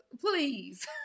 please